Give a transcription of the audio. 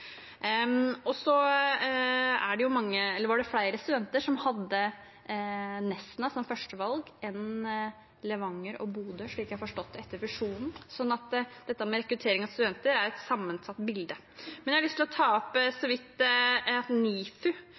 Det var flere studenter som hadde Nesna som førstevalg enn Levanger og Bodø etter fusjonen, slik jeg har forstått det, så dette med rekruttering av studenter er et sammensatt bilde. Men jeg har lyst til å ta opp så vidt at NIFU